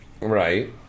right